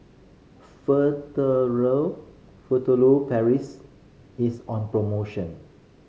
Furtere Paris is on promotion